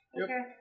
Okay